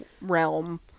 realm